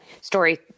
story